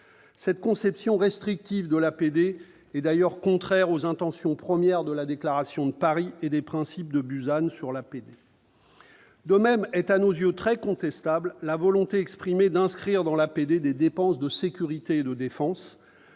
Cette conception restrictive de l'APD est d'ailleurs contraire aux intentions premières de la déclaration de Paris et des principes de Busan. À nos yeux, la volonté exprimée d'inscrire dans l'APD des dépenses de sécurité et de défense